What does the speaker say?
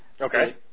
Okay